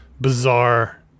bizarre